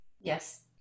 yes